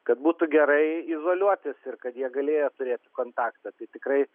kad būtų gerai izoliuotis ir kad jie galėjo turėti kontaktą tai tikrai